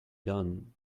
done